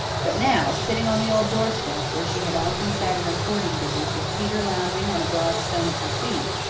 but now, sitting on the old doorstep, where she had often sat in her courting days, with peter lounging on a broad stone at her feet,